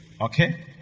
okay